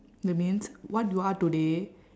that means what you are today